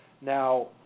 Now